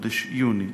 בחודש יוני.